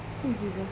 this is her